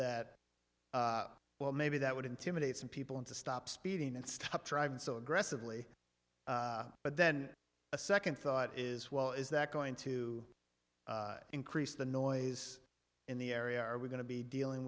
that well maybe that would intimidate some people into stop speeding and stop driving so aggressively but then a second thought is well is that going to increase the noise in the area are we going to be dealing